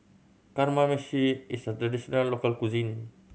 kamameshi is a traditional local cuisine